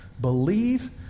believe